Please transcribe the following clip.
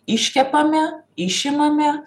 iškepame išimame